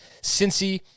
Cincy